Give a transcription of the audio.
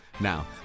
Now